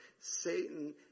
Satan